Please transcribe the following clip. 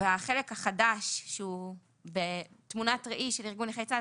והחלק החדש שהוא בתמונת ראי של ארגון נכי צה"ל,